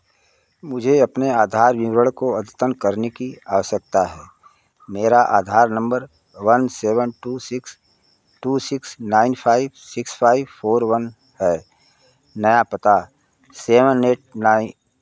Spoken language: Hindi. मुझे अपने आधार विवरण को अद्यतन करने की आवश्यकता है मेरा Aadhaar number one seven two six two six nine five six five four one है नया पता सेवेन एट नाइन